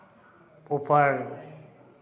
ऊपर